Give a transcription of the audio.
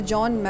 John